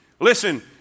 Listen